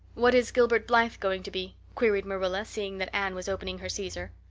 what is gilbert blythe going to be? queried marilla, seeing that anne was opening her caesar.